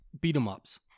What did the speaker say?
beat-em-ups